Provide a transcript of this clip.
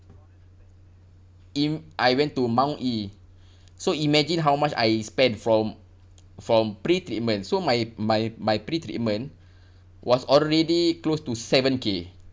im~ I went to mount E so imagine how much I spend from from pre-treatment so my my my pre-treatment was already close to seven K